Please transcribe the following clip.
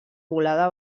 volada